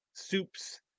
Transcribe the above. soups